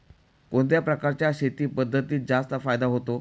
कोणत्या प्रकारच्या शेती पद्धतीत जास्त फायदा होतो?